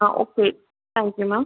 ah okay thank you ma'am